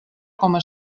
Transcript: coma